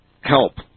help